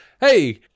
Hey